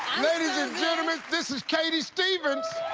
ladies and gentlemen, this is katie stevens!